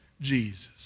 Jesus